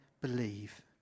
believe